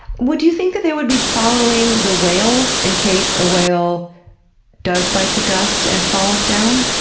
would you think that they would be following the whales in case a whale does bite the dust and falls down?